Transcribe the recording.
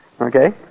Okay